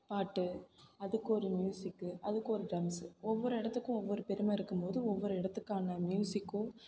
பாட்டு அதுக்கு ஒரு மியூசிக்கு அதுக்கு ஒரு ட்ரம்ஸு ஒவ்வொரு இடத்துக்கும் ஒவ்வொரு பெருமை இருக்கும்போது ஒவ்வொரு இடத்துக்கான மியூசிக்கும்